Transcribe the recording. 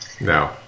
No